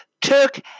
took